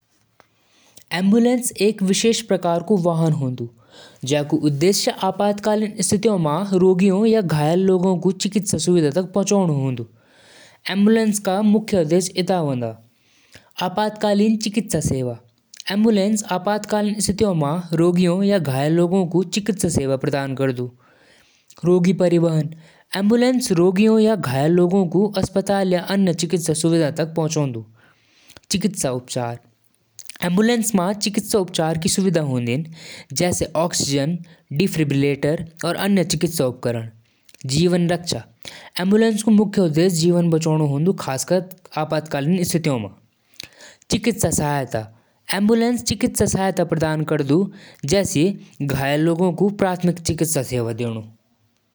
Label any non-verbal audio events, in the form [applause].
Light bulb म बिजली तार क माध्यम स फिलामेंट म पहुंचलु। फिलामेंट अक्सर टंगस्टन गर्म होलु और रोशनी पैदा करदु। यो प्रक्रिया ऊष्मा स ऊर्जा क रूपांतरण होलु। एल ई डी बल्ब म सेमीकंडक्टर स लाइट पैदा होलि। लाइट बल्ब सरल पर महत्वपूर्ण [hesitation] उपकरण होलु।